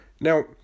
Now